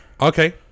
Okay